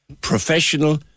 Professional